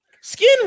skin